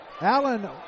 Allen